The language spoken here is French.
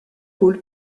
rôle